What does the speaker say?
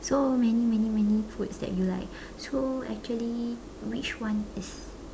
so many many many foods that you like so actually which one is